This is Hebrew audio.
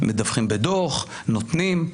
מדווחים בדו"ח, נותנים.